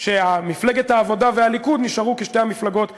שמפלגת העבודה והליכוד נשארו כשתי המפלגות הדמוקרטיות,